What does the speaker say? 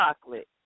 chocolate